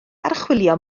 archwilio